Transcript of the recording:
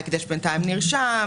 למשל, ההקדש בינתיים נרשם,